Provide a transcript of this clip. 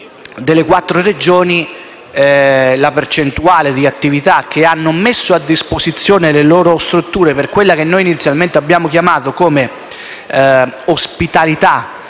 delle quattro Regioni, la percentuale delle attività che hanno messo a disposizione le loro strutture per quella che - ripeto - inizialmente abbiamo chiamato ospitalità